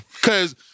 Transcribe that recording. Cause